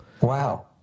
Wow